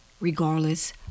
regardless